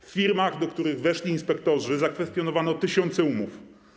W firmach, do których weszli inspektorzy, zakwestionowano tysiące umów.